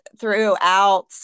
throughout